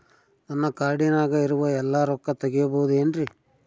ನನ್ನ ಕಾರ್ಡಿನಾಗ ಇರುವ ಎಲ್ಲಾ ರೊಕ್ಕ ತೆಗೆಯಬಹುದು ಏನ್ರಿ?